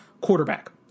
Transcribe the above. quarterback